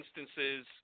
instances